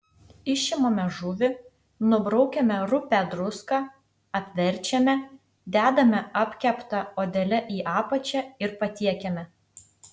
išimame žuvį nubraukiame rupią druską apverčiame dedame apkepta odele į apačią ir patiekiame